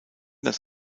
das